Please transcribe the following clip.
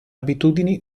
abitudini